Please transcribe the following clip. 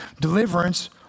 Deliverance